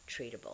treatable